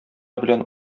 белән